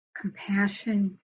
compassion